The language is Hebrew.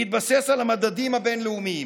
בהתבסס על המדדים הבין-לאומיים.